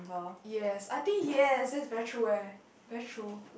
yes I think yes that's very true eh very true